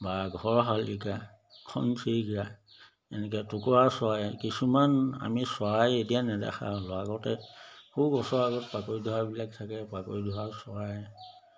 বা ঘৰশালিকা ঘনচিৰিকা এনেকে টোকোৰা চৰাই কিছুমান আমি চৰাই এতিয়া নেদেখা হলোঁ আগতে সৰু গছৰ আগত পাকৈধৰাবিলাক থাকে পাকৈধৰা চৰাই